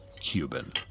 Cuban